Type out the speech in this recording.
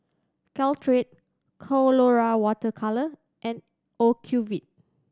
Caltrate Colora Water Colours and Ocuvite